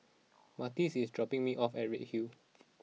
Martez is dropping me off at Redhill